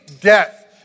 death